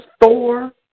Thor